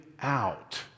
out